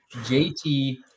JT